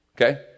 okay